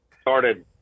started